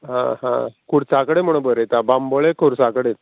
आं हा खुर्सा कडेन म्हूण बरयता बांबोळे खुर्सा कडेन